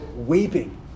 weeping